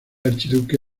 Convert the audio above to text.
archiduque